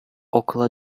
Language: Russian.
около